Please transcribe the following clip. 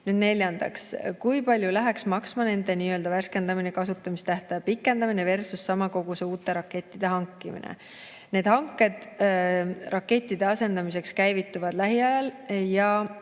saa. Neljandaks, kui palju läheks maksma nende värskendamine ja kasutamistähtaja pikendamineversussama koguse uute rakettide hankimine? Need hanked rakettide asendamiseks käivituvad lähiajal ja